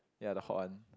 ya the hot one